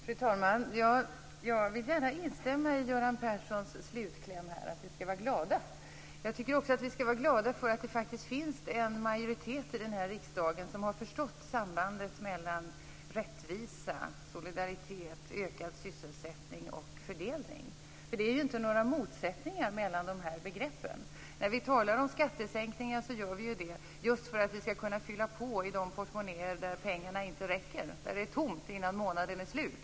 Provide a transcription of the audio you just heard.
Fru talman! Jag vill gärna instämma i Göran Perssons slutkläm att vi skall vara glada. Jag tycker också att vi skall vara glada för att det faktiskt finns en majoritet i den här riksdagen som har förstått sambandet mellan rättvisa, solidaritet, ökad sysselsättning och fördelning. Det är ju inte några motsättningar mellan de här begreppen. När vi talar om skattesänkningar gör vi ju det just för att vi skall kunna fylla på i de portmonnäer där pengarna inte räcker, där det är tomt innan månaden är slut.